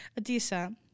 Adisa